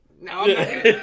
no